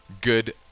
good